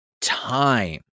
time